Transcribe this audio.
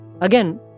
Again